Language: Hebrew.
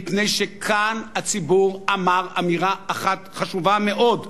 מפני שכאן הציבור אמר אמירה אחת חשובה מאוד: